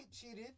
cheated